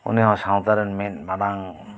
ᱩᱱᱤᱦᱚᱸ ᱥᱟᱶᱛᱟᱨᱮᱱ ᱢᱤᱫ ᱢᱟᱨᱟᱝ